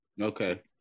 Okay